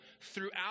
throughout